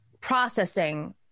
processing